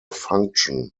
function